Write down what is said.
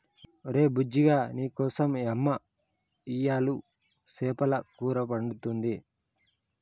ఒరే బుజ్జిగా నీకోసం యమ్మ ఇయ్యలు సేపల కూర వండుతుంది